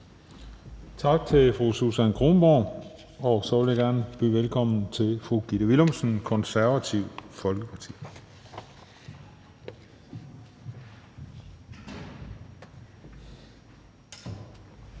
Tak til fru Susan Kronborg. Så vil jeg gerne byde velkommen til fru Gitte Willumsen, Det Konservative Folkeparti.